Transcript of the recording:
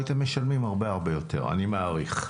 הייתם משלמים הרבה יותר אני מעריך.